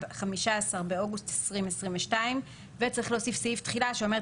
(15 באוגוסט 2022). צריך להוסיף סעיף תחילה שאומר,